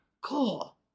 Cool